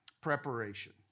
Preparation